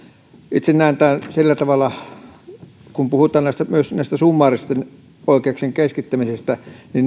itse näen tämän sillä tavalla kokonaisuutena kun puhutaan myös näistä summaaristen oikeuksien keskittämisistä